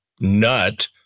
nut